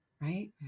Right